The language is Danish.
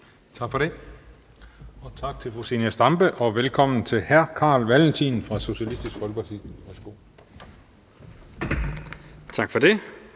Tak for det. Tak til fru Zenia Stampe og velkommen til hr. Carl Valentin fra Socialistisk Folkeparti. Værsgo. Kl.